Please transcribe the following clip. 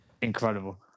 Incredible